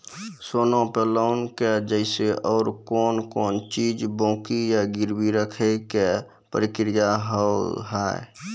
सोना पे लोन के जैसे और कौन कौन चीज बंकी या गिरवी रखे के प्रक्रिया हाव हाय?